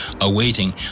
awaiting